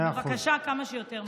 אבל בבקשה כמה שיותר מהר.